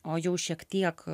o jau šiek tiek